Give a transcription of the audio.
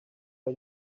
are